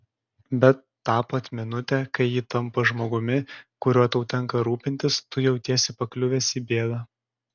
bet tą pat minutę kai ji tampa žmogumi kuriuo tau tenka rūpintis tu jautiesi pakliuvęs į bėdą